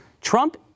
Trump